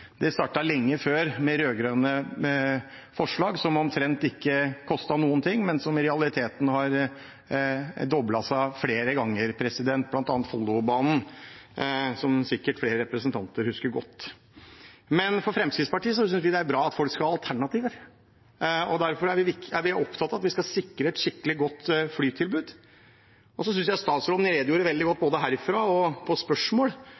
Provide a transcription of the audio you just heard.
lenge før med rød-grønne forslag – som omtrent ikke kostet noen ting, men som i realiteten har doblet seg flere ganger, bl.a. på Follobanen, som sikkert flere representanter husker godt. Fremskrittspartiet synes det er bra at folk skal ha alternativer, og derfor er vi opptatt av at vi skal sikre et skikkelig godt flytilbud. Så synes jeg statsråden redegjorde veldig godt både herifra og på spørsmål